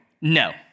no